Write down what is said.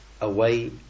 away